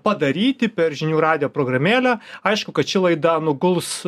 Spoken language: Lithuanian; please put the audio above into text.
padaryti per žinių radijo programėlę aišku kad ši laida nuguls